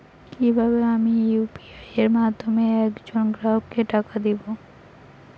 কিভাবে আমি ইউ.পি.আই এর মাধ্যমে এক জন গ্রাহককে টাকা দেবো?